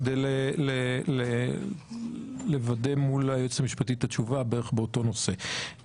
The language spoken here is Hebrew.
כדי לוודא מול היועץ המשפטי את התשובה בערך באותו נושא.